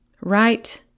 Right